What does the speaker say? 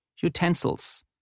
Utensils